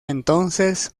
entonces